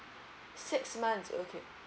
six months okay